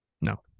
no